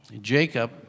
Jacob